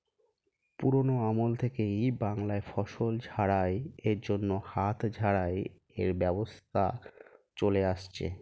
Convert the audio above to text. পুরোনো আমল থেকেই বাংলায় ফসল ঝাড়াই এর জন্য হাত ঝাড়াই এর ব্যবস্থা চলে আসছে